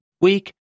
week